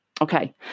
Okay